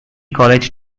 college